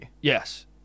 Yes